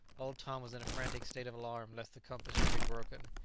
old tom was in a frantic state of alarm lest the compass should be broken.